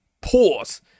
pause